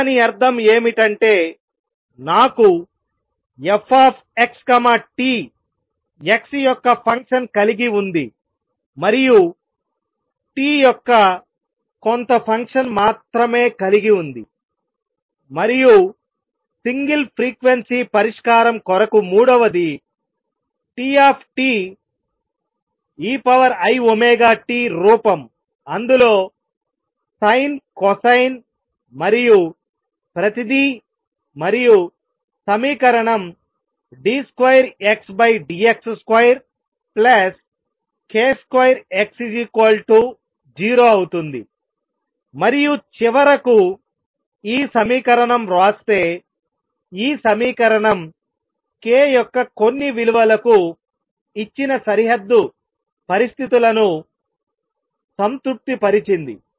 దాని అర్థం ఏమిటంటే నాకు fxt x యొక్క ఫంక్షన్ కలిగి ఉంది మరియు t యొక్క కొంత ఫంక్షన్ మాత్రమే కలిగి ఉంది మరియు సింగిల్ ఫ్రీక్వెన్సీ పరిష్కారం కొరకు మూడవది T eiωt రూపం అందులో సైన్ కొసైన్ మరియు ప్రతిదీ మరియు సమీకరణం d2Xdx2k2X0 అవుతుంది మరియు చివరకుఈ సమీకరణం వ్రాస్తే ఈ సమీకరణం k యొక్క కొన్ని విలువలకు ఇచ్చిన సరిహద్దు పరిస్థితులను సంతృప్తిపరిచింది